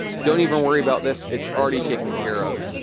don't even worry about this. it's already taken care of.